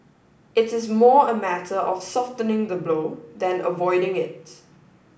it is more a matter of softening the blow than avoiding it